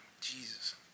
Jesus